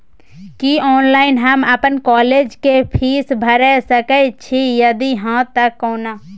की online हम अपन college के फीस भैर सके छि यदि हाँ त केना?